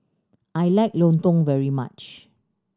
I like Lontong very much